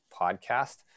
podcast